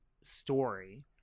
story